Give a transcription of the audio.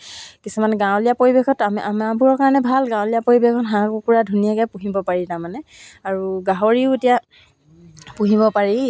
গুঠি দিছিলোঁ তাৰপিছত আৰু চিলাই শিকা বুলি ক'বলৈ গ'লে মই মাৰ পৰাও শিকিছিলোঁ তাৰপিছত